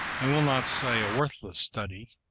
i will not say a worthless study,